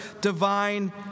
divine